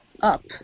up